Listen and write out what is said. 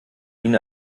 ihnen